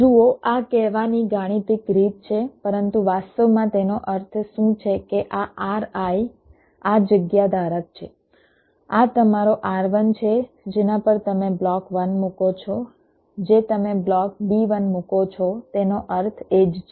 જુઓ આ કહેવાની ગાણિતિક રીત છે પરંતુ વાસ્તવમાં તેનો અર્થ શું છે કે આ Ri આ જગ્યા ધારક છે આ તમારો R1 છે જેના પર તમે બ્લોક 1 મૂકો છો જે તમે બ્લોક B1 મૂકો છો તેનો અર્થ એ જ છે